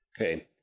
Okay